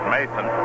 Mason